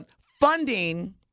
funding